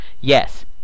Yes